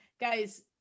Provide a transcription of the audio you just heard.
guys